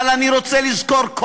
אבל אני רוצה לזכור,